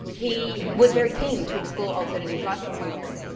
he was very keen to explore alternative licensing but rules,